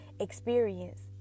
experience